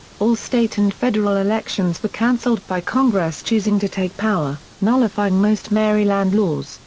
all state and federal elections were canceled by congress choosing to take power, nullifying most maryland laws,